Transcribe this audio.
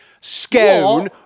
scone